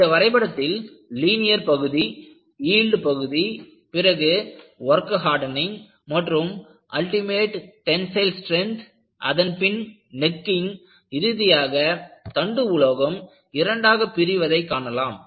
இந்த வரைபடத்தில் லீனியர் பகுதி யீல்டு பகுதி பிறகு வொர்க் ஹார்டனிங் மற்றும் அல்டிமேட் டென்ஸைல் ஸ்ட்ரென்த் அதன்பின் நெக்கிங் இறுதியாக தண்டு உலோகம் இரண்டாக பிரிவதை காணலாம்